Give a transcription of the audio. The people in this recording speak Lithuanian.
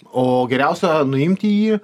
o geriausia nuimti jį